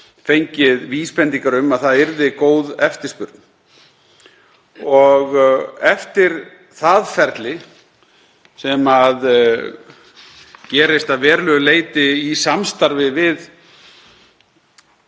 fengið vísbendingar um að það yrði góð eftirspurn. Eftir það ferli, sem gerist að verulegu leyti í samstarfi við